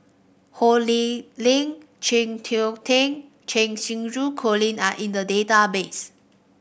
Ho Lee Ling Chng Seok Tin Cheng Xinru Colin are in the database